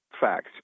facts